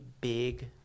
big